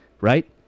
right